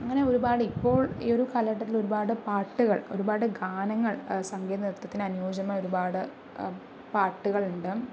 അങ്ങനെ ഒരുപാട് ഇപ്പോള് ഈ ഒരു കാലഘട്ടത്തില് പാട്ടുകള് ഒരുപാട് ഗാനങ്ങള് സംഗീത നൃത്തത്തിനു അനുയോജ്യമായ ഒരുപാട് പാട്ടുകള് ഉണ്ട്